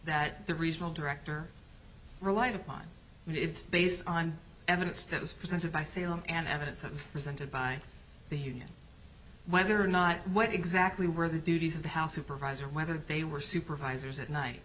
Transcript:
that the regional director relied upon it's based on evidence that was presented by salem and evidence of presented by the union whether or not what exactly were the duties of the house who provides or whether they were supervisors at night